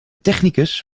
technicus